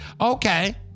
Okay